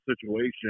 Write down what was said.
situation